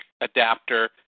adapter